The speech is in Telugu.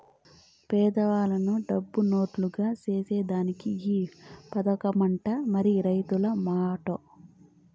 పేదలను డబ్బునోల్లుగ సేసేదానికే ఈ పదకమట, మరి రైతుల మాటో